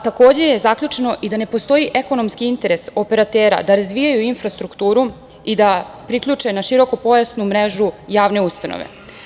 Takođe je zaključeno da ne postoji ekonomski interes operatera da razvijaju infrastrukturu i da priključe na širokopojasnu mrežu javne ustanove.